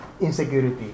insecurity